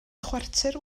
chwarter